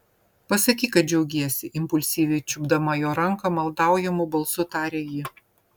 pasakyk kad džiaugiesi impulsyviai čiupdama jo ranką maldaujamu balsu tarė ji